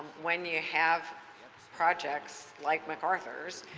when you have projects like macarthur,